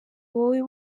wowe